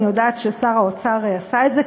אני יודעת ששר האוצר עשה את זה,